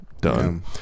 done